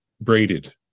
braided